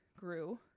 grew